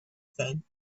said